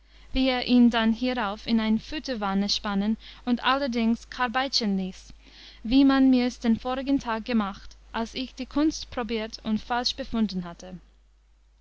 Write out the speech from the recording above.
wie er ihn dann hierauf in eine futterwanne spannen und allerdings karbaitschen ließ wie man mirs den vorigen tag gemacht als ich die kunst probiert und falsch befunden hatte